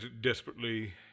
desperately